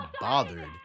bothered